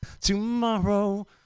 tomorrow